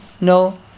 No